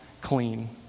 clean